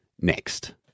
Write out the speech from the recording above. next